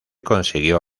consiguió